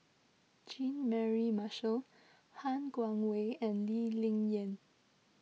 Jean Mary Marshall Han Guangwei and Lee Ling Yen